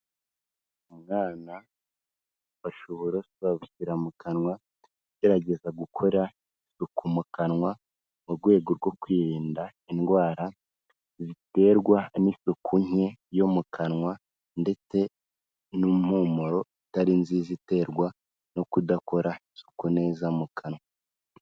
Umwana afashe uburoso ari gushyira mu kanwa agerageza gukora isuku mu kanwa mu rwego rwo kwirinda indwara ziterwa n'isuku nke yo mu kanwa, ndetse n'impumuro itari nziza iterwa no kudakora isuku neza mu kanwa.